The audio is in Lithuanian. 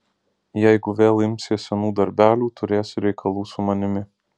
jeigu vėl imsies senų darbelių turėsi reikalų su manimi